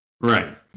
Right